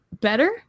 better